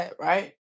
right